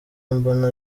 mbona